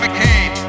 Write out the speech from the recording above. McCain